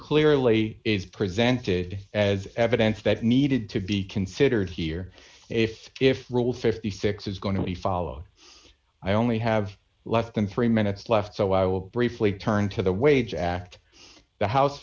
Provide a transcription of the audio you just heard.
clearly is presented as evidence that needed to be considered here if if rule fifty six dollars is going to be followed i only have less than three minutes left so i will briefly turn to the wage act the house